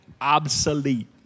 Obsolete